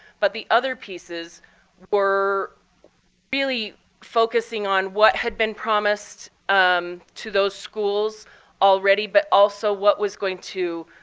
but the other pieces were really focusing on what had been promised um to those schools already but also what was going to,